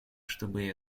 чтобы